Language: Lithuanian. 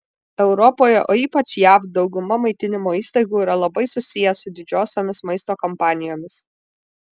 europoje o ypač jav dauguma maitinimo įstaigų yra labai susiję su didžiosiomis maisto kompanijomis